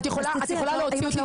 את יכולה להוציא אותי.